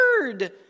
word